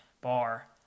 bar